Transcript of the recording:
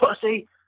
pussy